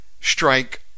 strike